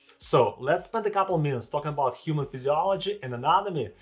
so, let's spend a couple minutes talking about human physiology and anatomy,